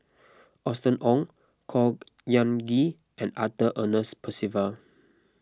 Austen Ong Khor Ean Ghee and Arthur Ernest Percival